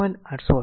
888 5a